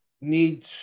need